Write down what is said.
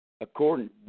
according